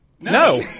No